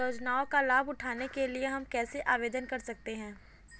योजनाओं का लाभ उठाने के लिए हम कैसे आवेदन कर सकते हैं?